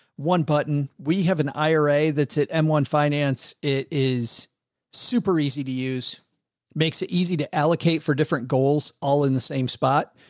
one button. we have an ira that's at m one finance, it is super easy to use. it makes it easy to allocate for different goals, all in the same spot.